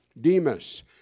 Demas